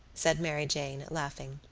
said mary jane, laughing.